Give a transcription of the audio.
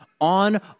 on